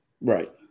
right